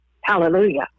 Hallelujah